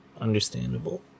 understandable